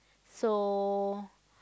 so